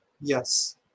yes